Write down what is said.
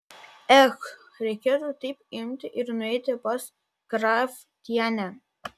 ech reikėtų taip imti ir nueiti pas kraftienę